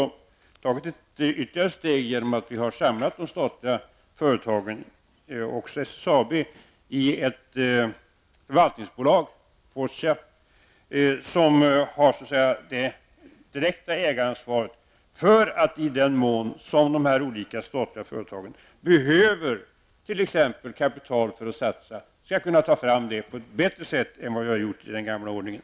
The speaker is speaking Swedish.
Nu har vi tagit ett ytterligare steg genom att vi samlat de statliga företagen, även SSAB, i ett förvaltningsbolag, som har det direkta ägaransvaret. I den mån de statliga företagen behöver kapital för satsningar, skall detta förvaltningsbolag kunna ta fram erforderliga medel på ett bättre sätt än som varit möjligt enligt den gamla ordningen.